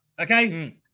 Okay